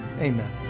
amen